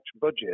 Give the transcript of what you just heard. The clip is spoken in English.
budget